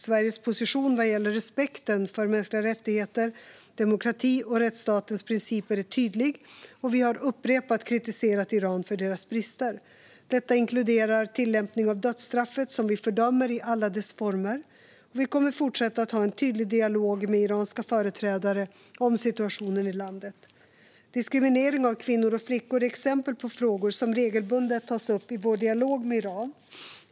Sveriges position vad gäller respekten för mänskliga rättigheter, demokrati och rättsstatens principer är tydlig, och vi har upprepat kritiserat Iran för deras brister. Detta inkluderar tillämpning av dödsstraffet, som vi fördömer i alla dess former. Vi kommer fortsätta att ha en tydlig dialog med iranska företrädare om situationen i landet. Diskriminering av kvinnor och flickor är exempel på frågor som regelbundet tas upp i vår dialog med Iran.